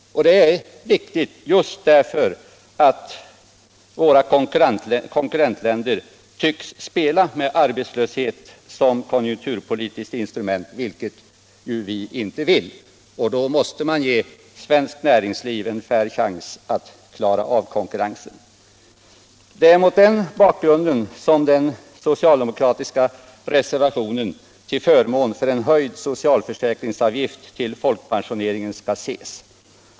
Det är viktigt just därför att våra konkurrentländer tycks spela med arbetslöshet som konjunkturpolitiskt instrument, vilket vi ju inte vill. Då måste man ge svenskt näringsliv en ”fair” chans att klara av konkurrensen. Det är mot denna bakgrund som den socialdemokratiska reservationen till förmån för en höjd socialförsäkringsavgift till folkpensioneringen skall ses.